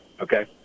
Okay